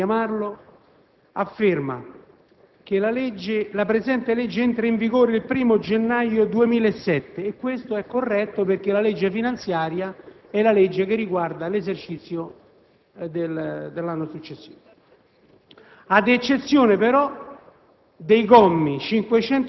Il comma 1365 - non mi stancherò di richiamarlo - afferma: «La presente legge entra in vigore il 1º gennaio 2007» - questo è corretto perché la legge finanziaria è la legge che riguarda l'esercizio dell'anno successivo